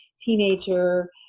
teenager